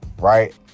right